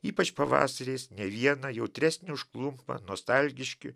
ypač pavasariais ne vieną jautresnį užklumpa nostalgiški